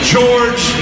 George